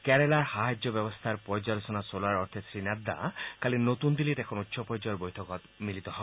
কেৰালাৰ সাহায্য ব্যৱস্থাৰ পৰ্যালোচনা চলোৱাৰ অৰ্থে শ্ৰীনাড্ডা কালি নতুন দিল্লীত এখন উচ্চ পৰ্যায়ৰ বৈঠকত মিলিত হয়